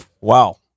Wow